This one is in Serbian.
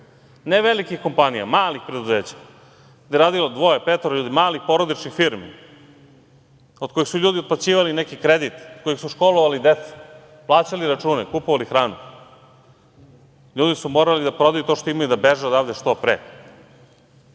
ne velikih kompanija, malih preduzeća, gde je radilo dvoje, petoro ljudi, malih porodičnih firmi, od kojih su ljudi otplaćivali neki kredit, od kojeg su školovali decu, plaćali račune, kupovali hranu. Ljudi su morali da prodaju to što imaju i da beže odavde što pre. Pa,